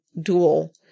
dual